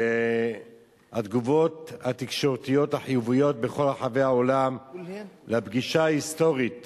והתגובות התקשורתיות החיוביות בכל רחבי העולם לפגישה ההיסטורית